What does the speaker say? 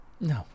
No